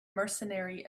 mercenary